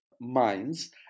minds